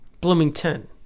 Bloomington